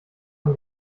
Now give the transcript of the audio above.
man